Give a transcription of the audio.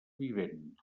vivent